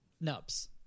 Nubs